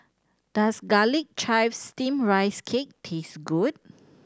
does Garlic Chives Steamed Rice Cake taste good